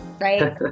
right